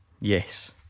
yes